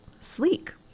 sleek